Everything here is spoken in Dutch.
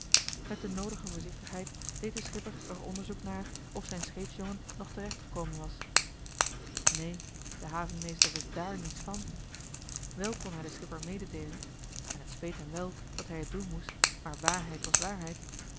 met de noodige voorzichtigheid deed de schipper er onderzoek naar of zijn scheepsjongen nog terecht gekomen was neen de havenmeester wist daar niets van wel kon hij den schipper mededeelen en het speet hem wel dat hij het doen moest maar waarheid was waarheid